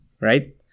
Right